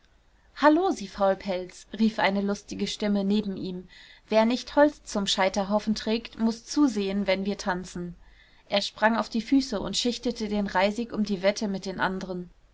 hallo sie faulpelz rief eine lustige stimme neben ihm wer nicht holz zum scheiterhaufen trägt muß zusehen wenn wir tanzen er sprang auf die füße und schichtete den reisig um die wette mit den anderen